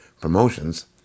promotions